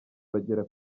bagera